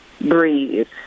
breathe